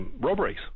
robberies